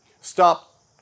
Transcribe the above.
stop